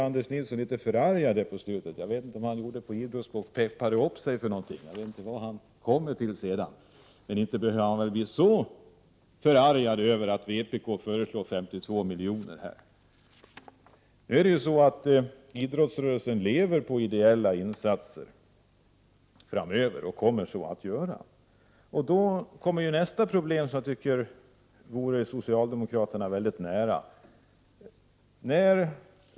Anders Nilsson blev litet förargad nu på slutet. Jag vet inte om han, för att tala idrottsspråk, peppade upp sig för någonting. Jag är inte säker på vad han kommer med senare, men inte behöver han väl bli så förargad över att vpk föreslår 52 milj.kr. på denna punkt. Idrottsrörelsen lever på ideella insatser och kommer att så göra framöver. Då uppstår nästa problem, där jag tycker att en lösning borde ligga socialdemokraterna mycket nära.